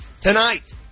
tonight